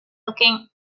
looking